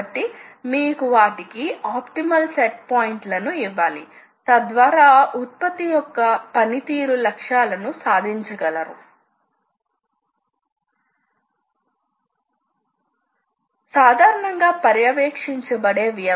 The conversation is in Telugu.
కాబట్టి మీకు వశ్యత ఉన్న ప్రయోజనాలుఅప్రయోజనా లలో ప్రోగ్రామింగ్ ద్వారా సాధించబడేది ఒక ప్రయోజనం కాబట్టి మీరు సులభంగా మార్చవచ్చు ప్రోగ్రామ్ ను మార్చండి మరియు మీ మొత్తం సెటప్ మార్చబడుతుంది